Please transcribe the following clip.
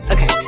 Okay